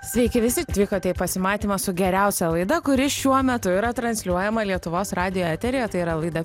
sveiki visi atvykote į pasimatymą su geriausia laida kuri šiuo metu yra transliuojama lietuvos radijo eteryje tai yra laida